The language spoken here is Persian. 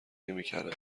نمیکردم